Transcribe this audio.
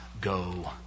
go